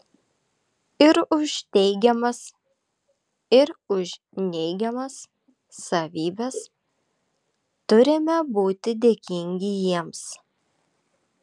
ir už teigiamas ir už neigiamas savybes turime būti dėkingi jiems